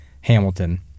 Hamilton